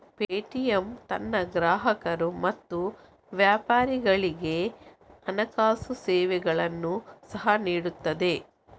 Paytm ತನ್ನ ಗ್ರಾಹಕರು ಮತ್ತು ವ್ಯಾಪಾರಿಗಳಿಗೆ ಹಣಕಾಸು ಸೇವೆಗಳನ್ನು ಸಹ ನೀಡುತ್ತದೆ